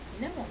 No